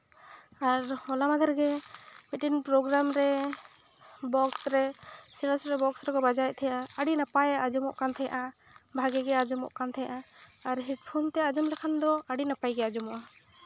ᱟᱨ ᱦᱚᱞᱟ ᱢᱟᱱᱫᱷᱮᱨ ᱜᱮ ᱢᱤᱫᱴᱮᱱ ᱯᱨᱚᱜᱽᱜᱨᱟᱢ ᱨᱮ ᱵᱚᱠᱥᱨᱮ ᱥᱮᱬᱟ ᱥᱮᱬᱟ ᱵᱚᱠᱥ ᱨᱮᱠᱚ ᱵᱟᱡᱟᱣᱮᱫ ᱛᱟᱦᱮᱸᱜᱼᱟ ᱟᱹᱰᱤ ᱱᱟᱯᱟᱭ ᱟᱸᱡᱚᱢᱚᱜ ᱛᱟᱦᱮᱸᱜᱼᱟ ᱵᱷᱟᱜᱮ ᱜᱮ ᱟᱸᱡᱚᱢᱚᱜ ᱠᱟᱱ ᱛᱟᱦᱮᱸᱜᱼᱟ ᱟᱨ ᱦᱮᱰᱯᱷᱳᱱ ᱛᱮ ᱟᱸᱡᱚᱢ ᱞᱮᱠᱷᱟᱱ ᱫᱚ ᱟᱹᱰᱤ ᱱᱟᱯᱟᱭ ᱜᱮ ᱟᱸᱡᱚᱢᱚᱜᱼᱟ